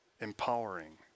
empowering